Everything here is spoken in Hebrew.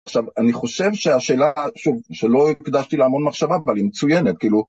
עכשיו, אני חושב שהשאלה, שוב, שלא הקדשתי לה המון מחשבה, אבל היא מצוינת, כאילו...